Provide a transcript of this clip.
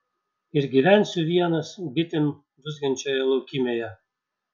ir gyvensiu vienas bitėm dūzgiančioje laukymėje